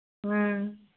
ꯎꯝ